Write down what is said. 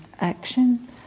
action